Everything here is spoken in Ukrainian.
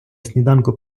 сніданку